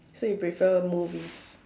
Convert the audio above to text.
so you prefer movies